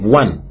one